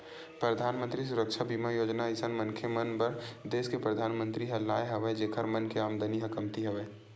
परधानमंतरी सुरक्छा बीमा योजना अइसन मनखे मन बर देस के परधानमंतरी ह लाय हवय जेखर मन के आमदानी ह कमती हवय